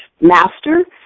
master